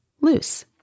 loose